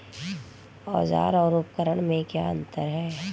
औज़ार और उपकरण में क्या अंतर है?